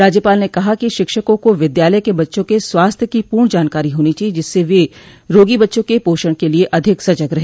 राज्यपाल ने कहा कि शिक्षकों को विद्यालय के बच्चों क स्वास्थ्य की पूर्ण जानकारी होनी चाहिये जिससे वे रोगी बच्चों के पोषण के लिये अधिक सजग रहे